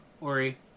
Ori